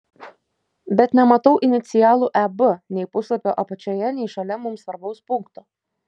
bet nematau inicialų eb nei puslapio apačioje nei šalia mums svarbaus punkto